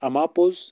اَما پوٚز